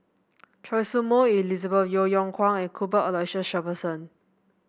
Choy Su Moi Elizabeth Yeo Yeow Kwang and Cuthbert Aloysiu Shepherdson